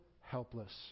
helpless